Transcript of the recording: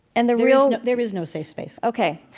and the real, there is no safe space ok.